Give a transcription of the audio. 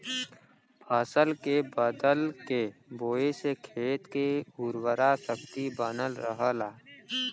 फसल के बदल के बोये से खेत के उर्वरा शक्ति बनल रहला